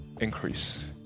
increase